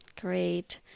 Great